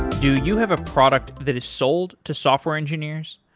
do you have a product that is sold to software engineers?